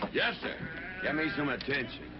yes, sir. get me some attention.